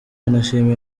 yanashimiye